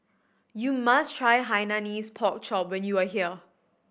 you must try Hainanese Pork Chop when you are here